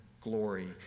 glory